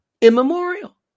immemorial